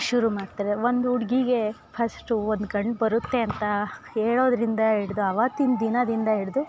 ಶುರುಮಾಡ್ತಾರೆ ಒಂದು ಹುಡ್ಗಿಗೆ ಫಸ್ಟು ಒಂದು ಗಂಡು ಬರುತ್ತೆ ಅಂತ ಹೇಳೋದ್ರಿಂದ ಹಿಡ್ದು ಅವತ್ತಿನ ದಿನದಿಂದ ಹಿಡ್ದು